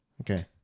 okay